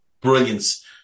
brilliance